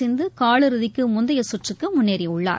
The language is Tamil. சிந்துகாலிறுதிக்குமுந்தையசுற்றுக்குமுன்னேறியுள்ளார்